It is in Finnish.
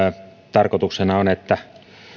tarkoituksena on että